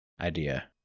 idea